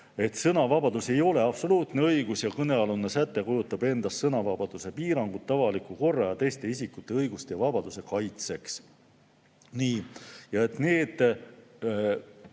et sõnavabadus ei ole absoluutne õigus ja kõnealune säte kujutab endast sõnavabaduse piirangut avaliku korra ja teiste isikute õiguste ja vabaduste kaitseks. Nende väitel need